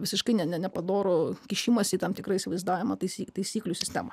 visiškai ne nepadorų kišimąsi į tam tikrą įsivaizdavimą taisyk taisyklių sistemą